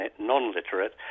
non-literate